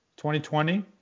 2020